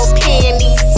panties